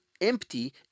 empty